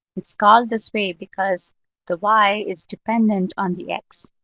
it's called this way because the y is dependent on the x.